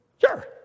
sure